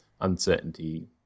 uncertainty